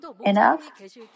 enough